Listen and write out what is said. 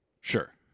Sure